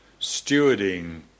stewarding